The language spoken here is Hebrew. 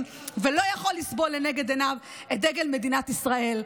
ולא יכול לסבול לנגד עיניו את דגל מדינת ישראל.